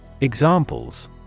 Examples